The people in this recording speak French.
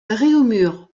réaumur